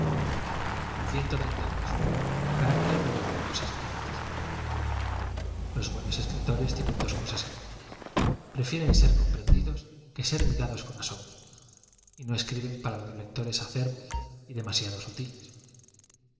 cürácier de los buenos escritores los buenos escritores tienen dos cosas en común prefieren ser comprendidos que ser mirados con asom bro y no escriben para los lectores acerbos y